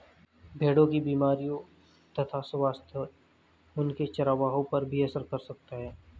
भेड़ों की बीमारियों तथा स्वास्थ्य उनके चरवाहों पर भी असर कर सकता है